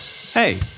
Hey